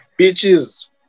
bitches